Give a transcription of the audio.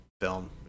film